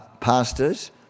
pastors